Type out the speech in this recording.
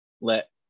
let